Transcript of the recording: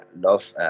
love